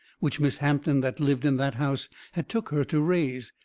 which miss hampton that lived in that house had took her to raise.